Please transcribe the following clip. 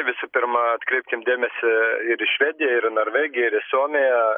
visų pirma atkreipkim dėmesį ir į švediją ir į norvegiją ir į suomiją